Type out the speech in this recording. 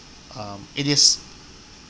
um it is